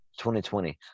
2020